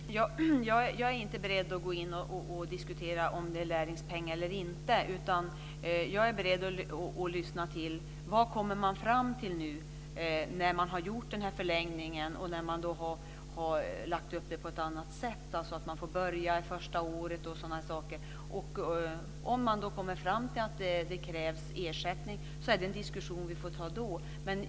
Fru talman! Jag är inte beredd att diskutera lärlingspeng eller inte. Jag är beredd att lyssna på vad man kommer fram till när man har gjort den här förlängningen och lagt upp det på ett annat sätt, dvs. att man får börja första året osv. Om man då kommer fram till att det krävs ersättning är det en diskussion vi får ta då.